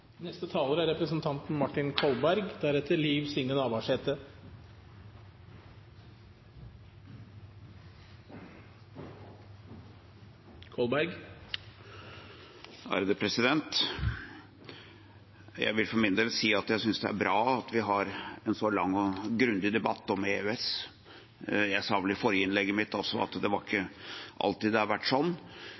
Jeg vil for min del si at jeg synes det er bra at vi har en så lang og grundig debatt om EØS. Jeg sa vel i det forrige innlegget mitt også at det ikke alltid har vært